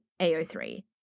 AO3